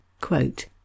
quote